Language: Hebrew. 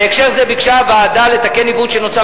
בהקשר זה ביקשה הוועדה לתקן עיוות שנוצר